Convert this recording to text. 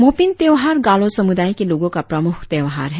मोपीन त्योहार गालो समुदाय के लोगों का प्रमुख त्योहार है